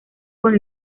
con